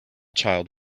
child